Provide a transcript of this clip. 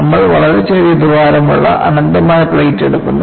നമ്മൾ വളരെ ചെറിയ ദ്വാരമുള്ള അനന്തമായ പ്ലേറ്റ് എടുക്കുന്നു